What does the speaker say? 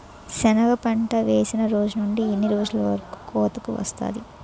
సెనగ పంట వేసిన రోజు నుండి ఎన్ని రోజుల్లో కోతకు వస్తాది?